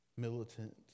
militant